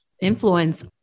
influence